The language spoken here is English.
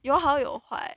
有好有坏